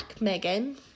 Megan